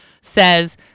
says